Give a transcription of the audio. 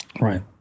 Right